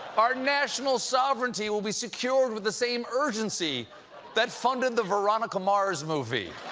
our national sovereignty will be secured with the same urgency that funded the veronica mars movie.